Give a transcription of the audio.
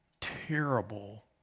terrible